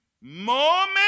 moment